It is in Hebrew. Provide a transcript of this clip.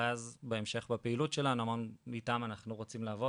ואז בהמשך בפעילות שלנו אמרנו איתם אנחנו רוצים לעבוד,